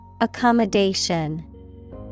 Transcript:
Accommodation